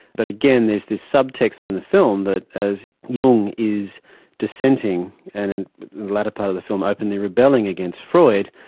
but again there's this sub-text within the film that as jung is dissenting and in the latter part of the film openly rebelling against freud,